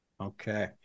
Okay